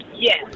Yes